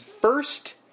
first